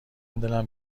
دلم